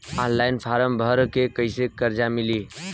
Online form भर के कैसे कर्जा मिली?